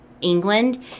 England